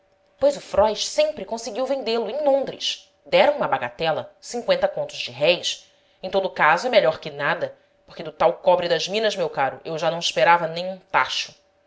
pois o fróis sempre conseguiu vendê lo em londres deram uma bagatela cinqüenta contos de réis em todo o caso é melhor que nada porque do tal cobre das minas meu caro eu já não esperava nem um tacho